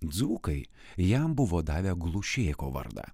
dzūkai jam buvo davę glušėko vardą